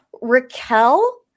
Raquel